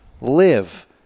live